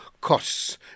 costs